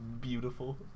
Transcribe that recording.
beautiful